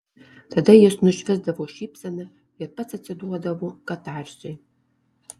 tada jis nušvisdavo šypsena ir pats atsiduodavo katarsiui